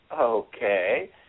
okay